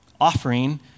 offering